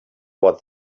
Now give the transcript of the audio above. what